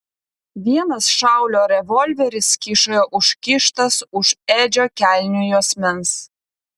vienas šaulio revolveris kyšojo užkištas už edžio kelnių juosmens